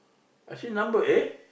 I see number !eh!